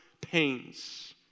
pains